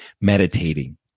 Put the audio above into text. meditating